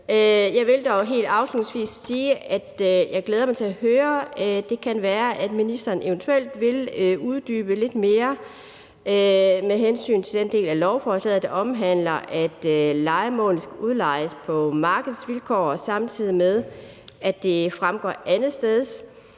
Jeg vil dog helt afslutningsvis sige, at jeg glæder mig til at høre noget. Det kan være, at ministeren eventuelt vil uddybe lidt mere med hensyn til den del af lovforslaget, der omhandler, at lejemål skal udlejes på markedsvilkår, samtidig med at det andetsteds